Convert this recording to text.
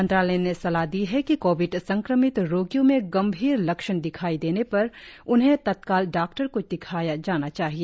मंत्रालय ने सलाह दी है कि कोविड संक्रमित रोगियों में गंभीर लक्षण दिखाई देने पर पर उन्हें तत्काल डाक्टर को दिखाया जाना चाहिए